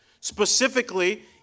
specifically